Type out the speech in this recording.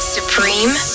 Supreme